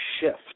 shift